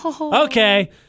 Okay